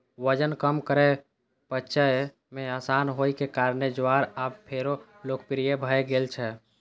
वजन कम करै, पचय मे आसान होइ के कारणें ज्वार आब फेरो लोकप्रिय भए गेल छै